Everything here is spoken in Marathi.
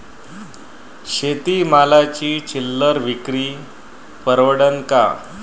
शेती मालाची चिल्लर विक्री परवडन का?